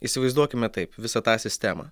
įsivaizduokime taip visą tą sistemą